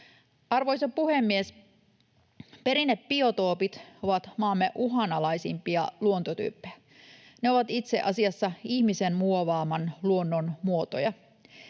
Arvoisa puhemies! Perinnebiotoopit ovat maamme uhanalaisimpia luontotyyppejä. Ne ovat itse asiassa ihmisen muovaaman luonnon muotoja.